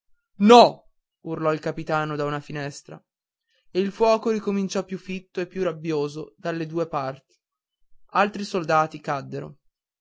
no urlò il capitano da una finestra e il fuoco ricominciò più fitto e più rabbioso dalle due parti altri soldati caddero